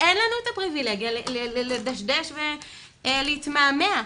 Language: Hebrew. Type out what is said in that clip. אין לנו הפריבילגיה לדשדש ולהתמהמה.